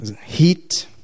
Heat